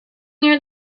near